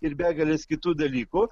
ir begales kitų dalykų